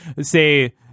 say